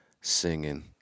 singing